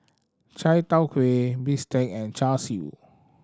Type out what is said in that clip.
chai tow kway bistake and Char Siu